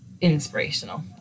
inspirational